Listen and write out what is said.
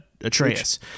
Atreus